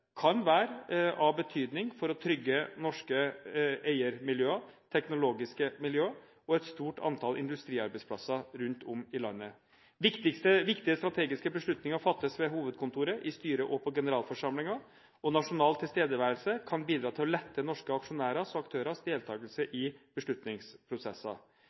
kan være av betydning for å trygge norske eiermiljøer, teknologiske miljøer og et stort antall industriarbeidsplasser rundt om i landet. Viktige strategiske beslutninger fattes ved hovedkontoret, i styret og på generalforsamlinger, og nasjonal tilstedeværelse kan bidra til å lette norske aksjonærers og aktørers deltakelse i beslutningsprosesser.